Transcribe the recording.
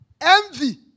envy